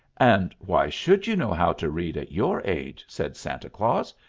and why should you know how to read at your age? said santa claus.